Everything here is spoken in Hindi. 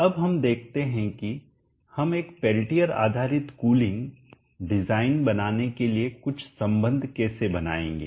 अब हम देखते हैं कि हम एक पेल्टियर आधारित कुलिंग डिजाइन बनाने के लिए कुछ संबंध कैसे बनाएंगे